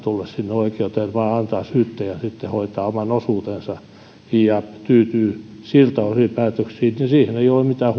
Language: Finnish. oikeuteen vaan antaa syyttäjän sitten hoitaa oman osuutensa ja tyytyy siltä osin päätöksiin ja siihen ei ole mitään